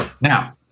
Now